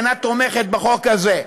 אינה תומכת בחוק הזה.